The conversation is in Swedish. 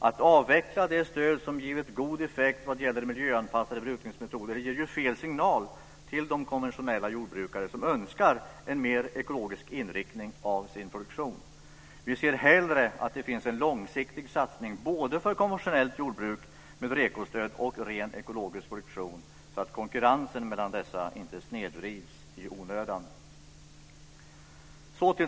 Att avveckla det stöd som givit god effekt vad gäller miljöanpassade brukningsmetoder ger fel signal till de konventionella jordbrukare som önskar en mer ekologisk inriktning av sin produktion. Vi ser hellre att det finns en långsiktig satsning både för konventionellt jordbruk med REKO-stöd och rent ekologisk produktion så att konkurrensen mellan dessa inte snedvrids i onödan.